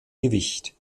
gewicht